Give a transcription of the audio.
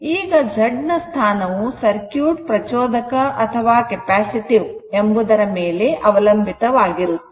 ಈಗ Z ನ ಸ್ಥಾನವು ಸರ್ಕ್ಯೂಟ್ ಪ್ರಚೋದಕ ಅಥವಾ ಕೆಪ್ಯಾಸಿಟಿವ್ ಎಂಬುದರ ಮೇಲೆ ಅವಲಂಬಿತವಾಗಿರುತ್ತದೆ